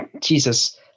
jesus